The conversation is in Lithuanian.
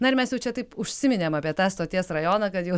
na ir mes jau čia taip užsiminėm apie tą stoties rajoną kad jau